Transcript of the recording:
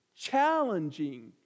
challenging